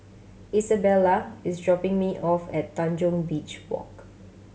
Isabella is dropping me off at Tanjong Beach Walk